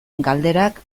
galderak